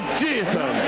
jesus